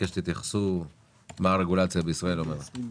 מה הרגולציה בישראל אומרת?